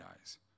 eyes